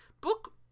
book